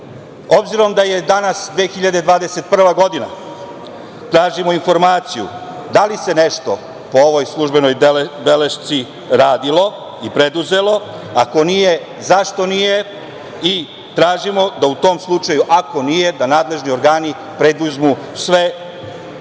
da je danas 2021. godina, tražimo informaciju da li se nešto po ovoj službenoj belešci radilo i preduzelo, ako nije, zašto nije, i tražimo da u tom slučaju, ako nije, da nadležni organi preduzmu sve zakonom